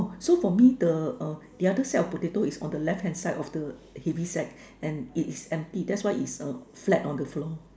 so for me the uh the other sack of potatoes is on the left hand side of the heavy sack and it is empty that's why it is uh flat on the floor